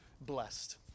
blessed